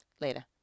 Later